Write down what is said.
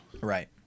Right